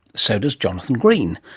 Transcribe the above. so does jonathan green.